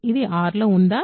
ఇది R లో ఉందా